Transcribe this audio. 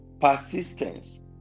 Persistence